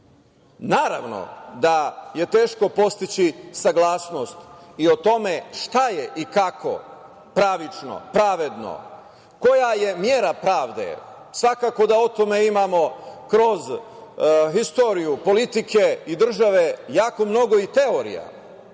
smislu. Naravno da je teško postići saglasnost i o tome šta je i kako pravično, pravedno, koja je mera pravde. Svakako da o tome imamo kroz istoriju politike i države jako mnogo i teorija,